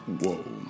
Whoa